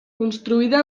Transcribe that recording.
construïda